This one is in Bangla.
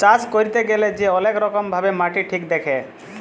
চাষ ক্যইরতে গ্যালে যে অলেক রকম ভাবে মাটি ঠিক দ্যাখে